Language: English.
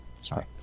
Sorry